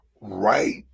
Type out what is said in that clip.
right